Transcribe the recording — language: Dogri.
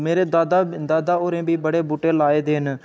मेरे दादा दादा होरें बी बड़े बूह्टे लाए दे न